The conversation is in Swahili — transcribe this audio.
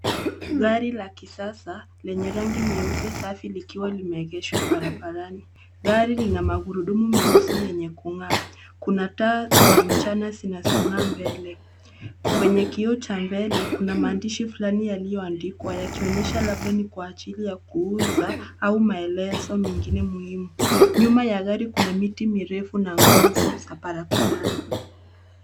Gari la kisasa lenye rangi nyeupe safi likiwa limeegeshwa barabarani. Gari lina magurudumu meusi yenye kung'aa. Kuna taa za mchana zinazong'aa mbele. Kwenye kioo cha mbele kuna maandishi fulani yaliyoandikwa yakionyesha labda ni kwa ajili ya kuuza au maelezo mengine muhimu. Nyuma ya gari kuna miti mirefu na nguzo za barabarani.